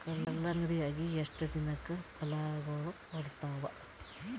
ಕಲ್ಲಂಗಡಿ ಅಗಿ ಎಷ್ಟ ದಿನಕ ಫಲಾಗೋಳ ಕೊಡತಾವ?